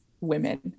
women